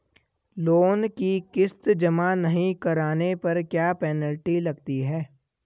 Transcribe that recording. Loan की किश्त जमा नहीं कराने पर क्या पेनल्टी लगती है?